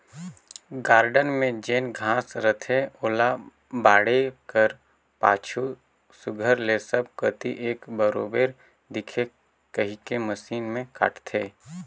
garden में जेन घांस रहथे ओला बाढ़े कर पाछू सुग्घर ले सब कती एक बरोबेर दिखे कहिके मसीन में काटथें